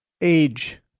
age